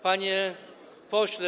Panie Pośle!